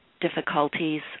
difficulties